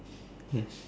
yes